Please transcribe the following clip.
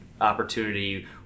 opportunity